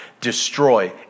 destroy